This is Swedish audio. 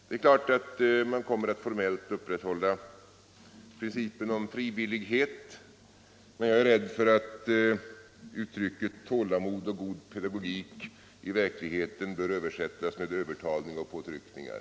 Det är klart att man formellt kommer att upprätthålla principen om frivillighet, men jag är rädd för att uttrycket ”tålamod och god pedagogik” i verkligheten bör översättas med ”övertalning och påtryckningar”.